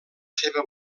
seva